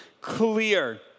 clear